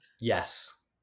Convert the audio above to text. Yes